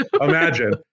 imagine